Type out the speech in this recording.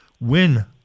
win